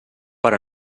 per